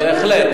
בהחלט.